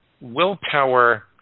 willpower